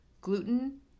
gluten